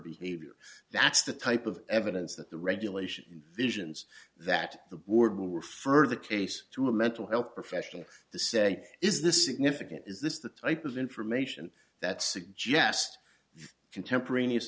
behavior that's the type of evidence that the regulation visions that the board will refer the case to a mental health professional to say is this significant is this the type of information that suggests contemporaneous